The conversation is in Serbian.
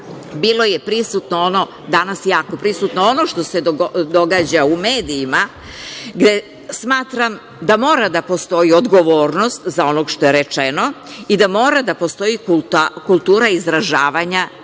bilo je prisutno, danas jako prisutno, ono što se događa u medijima, gde smatram da mora da postoji odgovornost za ono što je rečeno i da mora da postoji kultura izražavanja